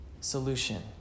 solution